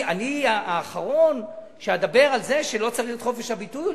אני האחרון שאדבר על זה שלא צריך להיות חופש ביטוי.